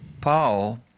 Paul